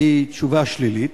היא תשובה שלילית,